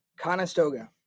Conestoga